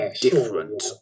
different